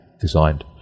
designed